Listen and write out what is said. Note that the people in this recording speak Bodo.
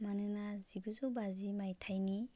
मानोना जिगुजौ बाजि मायथाइनि